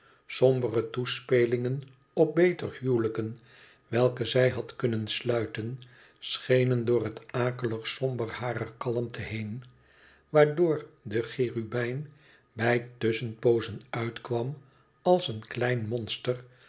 sombere toespelingen op beter huwelijken welke zij had kunnen sluiten schenen door het akelig somber harer kalmte heen waarvoor de cherubijn bij tusschenpoozen uitkwam als een klein monster